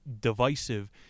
divisive